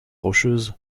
rocheuse